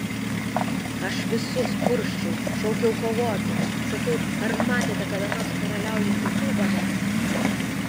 aš visus kursčiau šaukiau kovoti sakiau ar matėte kada nors karaliaujantį ubagą